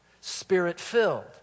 spirit-filled